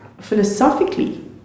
philosophically